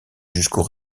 jusqu’au